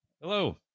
Hello